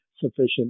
sufficient